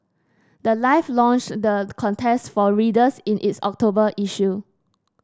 the life launched the contest for readers in its October issue